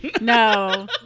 No